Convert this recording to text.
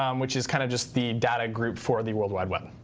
um which is kind of just the data group for the worldwide web.